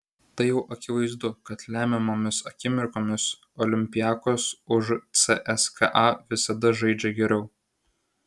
tai jau akivaizdu kad lemiamomis akimirkomis olympiakos už cska visada žaidžia geriau